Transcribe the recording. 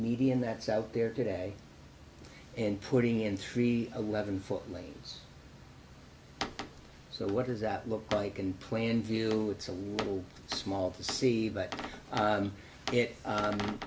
median that's out there today and putting in three eleven four lanes so what does that look like and plain view it's a little small to see but